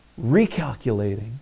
Recalculating